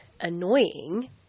annoying